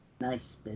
Nice